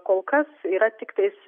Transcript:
kol kas yra tiktais